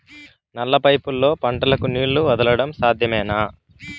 నల్ల పైపుల్లో పంటలకు నీళ్లు వదలడం సాధ్యమేనా?